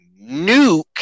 nuke